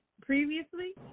previously